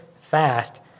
fast